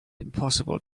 impossible